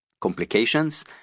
complications